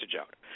out